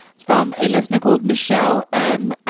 it's from a listener called michelle m.